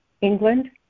england